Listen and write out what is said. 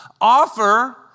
offer